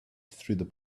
through